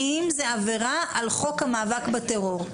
האם זה עבירה על חוק המאבק בטרור?